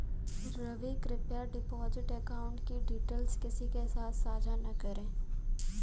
रवि, कृप्या deposit account की details किसी के साथ सांझा न करें